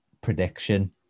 prediction